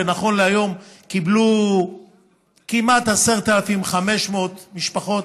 ונכון להיום קיבלו כמעט 11,500 משפחות